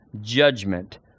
judgment